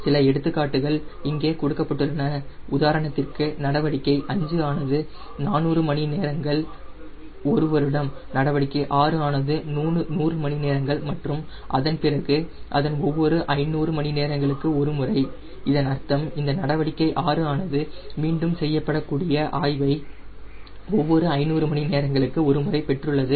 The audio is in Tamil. சில எடுத்துக்காட்டுகள் இங்கே கொடுக்கப்பட்டுள்ளன உதாரணத்திற்கு நடவடிக்கை 5 ஆனது 400 மணி நேரங்கள் ஒரு வருடம் நடவடிக்கை 6 ஆனது 100 மணி நேரங்கள் மற்றும் அதன் பிறகு அதன் ஒவ்வொரு 500 மணி நேரங்களுக்கு ஒரு முறை இதன் அர்த்தம் இந்த நடவடிக்கை 6 ஆனது மீண்டும் செய்யப்படக்கூடிய ஆய்வை ஒவ்வொரு 500 மணி நேரங்களுக்கு ஒருமுறை பெற்றுள்ளது